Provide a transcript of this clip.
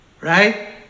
right